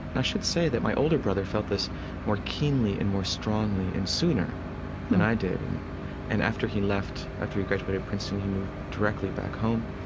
i should say that my older brother felt this more keenly and more strongly and sooner than i did. and and after he left after he graduated princeton, he moved directly back home,